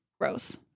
Gross